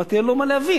אמרתי: אין לו מה להבין.